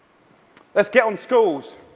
let's get on schools,